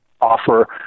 offer